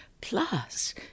plus